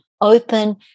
open